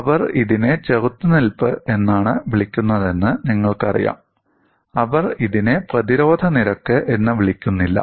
അവർ ഇതിനെ ചെറുത്തുനിൽപ്പ് എന്നാണ് വിളിക്കുന്നതെന്ന് നിങ്ങൾക്കറിയാം അവർ ഇതിനെ പ്രതിരോധ നിരക്ക് എന്ന് വിളിക്കുന്നില്ല